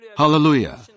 Hallelujah